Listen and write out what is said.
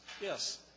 Yes